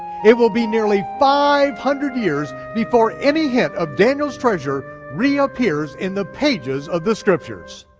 it will be nearly five hundred years before any hint of daniel's treasure reappears in the pages of the scriptures.